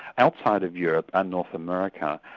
outside of europe and north america,